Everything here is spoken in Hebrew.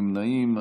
אין נמנעים.